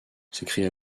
s’écria